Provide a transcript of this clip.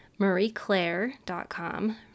marieclaire.com